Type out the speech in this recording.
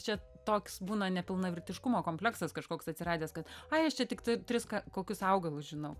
čia toks būna nepilnavertiškumo kompleksas kažkoks atsiradęs kad ai aš čia tiktai tris kokius augalus žinau